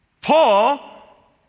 Paul